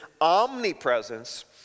omnipresence